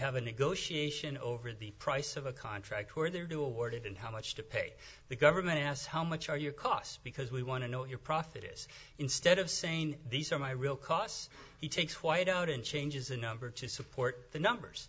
have a negotiation over the price of a contract where there are two awarded and how much to pay the government asks how much are your costs because we want to know your profit is instead of saying these are my real cos he takes wyatt out and changes the number to support the numbers